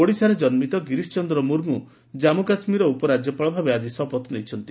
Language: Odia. ଓଡିଶାର ଜନ୍କିତ ଗିରିଶ ଚନ୍ଦ୍ର ମୁର୍ମୁ ଜାମ୍ଗୁ କାଶ୍ଗୀରର ଉପରାଜ୍ୟପାଳ ଭାବେ ଆକି ଶପଥ ନେଇଛନ୍ତି